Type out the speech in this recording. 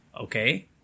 okay